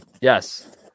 Yes